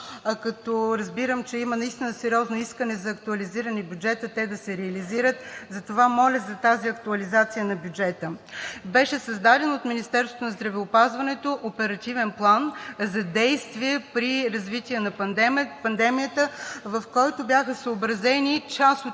и разбирам, че наистина има сериозно искане за актуализиране на бюджета, затова моля за тази актуализация на бюджета. Беше създаден от Министерството на здравеопазването Оперативен план за действие при развитие на пандемията, в който бяха съобразени част от